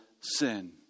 sin